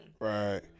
right